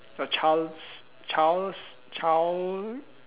your child child child